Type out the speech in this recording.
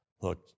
Look